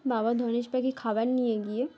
বাবা ধনেশ পাখি খাবার নিয়ে গিয়ে